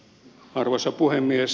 arvoisa puhemies